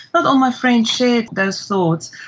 but all my friends shared those thoughts.